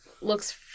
looks